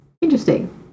Interesting